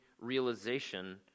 realization